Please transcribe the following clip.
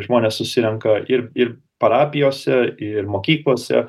žmonės susirenka ir ir parapijose ir mokyklose